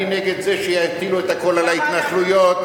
אני נגד זה שיטילו הכול על ההתנחלויות,